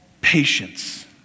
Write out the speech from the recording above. patience